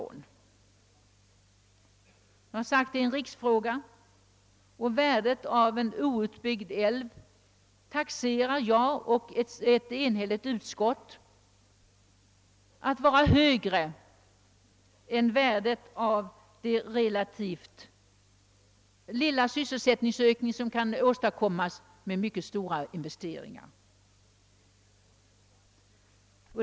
Man har sagt, att Vindelälven är en riksfråga, och värdet av en outbyggd älv taxerar jag och ett enhälligt utskott högre än värdet av den relativt obetydliga sysselsättningsökning som kan åstadkommas med mycket stora investeringar.